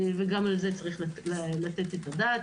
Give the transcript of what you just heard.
וגם לזה צריך לתת את הדעת.